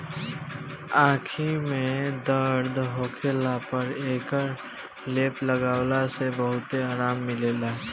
आंखी में दर्द होखला पर एकर लेप लगवला से बहुते आराम मिलेला